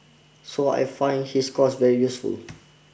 so I find his course very useful